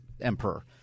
Emperor